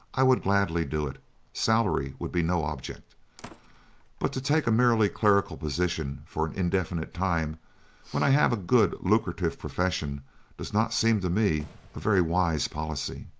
i would gladly do it salary would be no object but to take a merely clerical position for an indefinite time when i have a good, lucrative profession does not seem to me a very wise policy.